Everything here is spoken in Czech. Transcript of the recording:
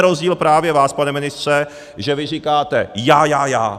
V tom je rozdíl právě vás, pane ministře, že vy říkáte já, já, já.